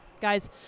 guys